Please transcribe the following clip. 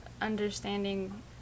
understanding